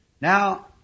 Now